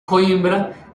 coímbra